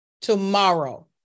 tomorrow